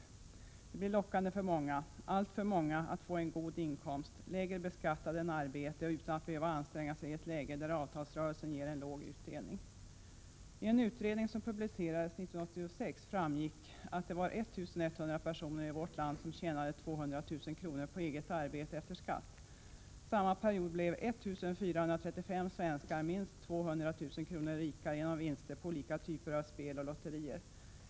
Det blir lockande för många — alltför många — att få en god inkomst, lägre beskattad än inkomst av arbete, och detta utan att behöva anstränga sig i ett Prot. 1987/88: 125 läge där avtalsrörelsen ger en låg utdelning. 24 maj 1988 I en utredning som publicerades 1986 framgick det att det fanns 1 100 personer i vårt land som tjänade 200 000 kr. på eget arbete efter skatt. Under samma period blev 1 435 svenskar minst 200 000 kr. rikare genom vinster på olika typer av spel och lotterier.